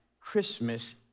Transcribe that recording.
Christmas